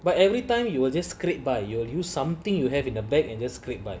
but everytime you will just scraped by you lose something you have in the back and then scrap by